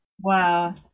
Wow